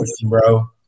bro